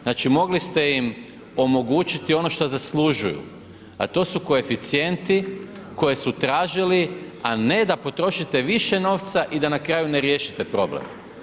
Znači mogli ste im omogućiti ono što zaslužuju, a to su koeficijenti koje su tražili, a ne da potrošite više novca i da na kraju ne riješite problem.